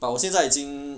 but 我现在已经